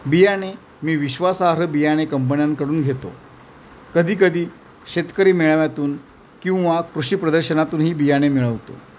बियाणे मी विश्वासार्ह बियाणे कंपन्यांंकडून घेतो कधीकधी शेतकरी मेळाव्यातून किंवा कृषी प्रदर्शनातूनही बियाणे मिळवतो